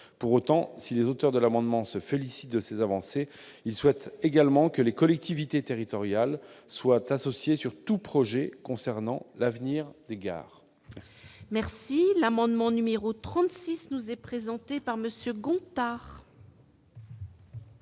Pour autant, si les auteurs de l'amendement se félicitent de ces avancées, ils souhaitent également que les collectivités territoriales soient associées à tout projet concernant l'avenir des gares. L'amendement n° 36, présenté par Mme